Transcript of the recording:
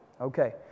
Okay